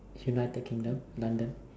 United Kingdom London